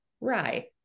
rye